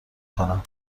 کنم